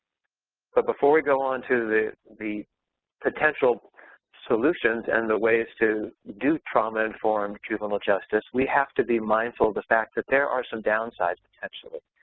but before we go on to the the potential solutions and the ways to do trauma-informed juvenile justice, we have to be mindful of the fact that there are some downsides potentially.